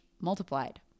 multiplied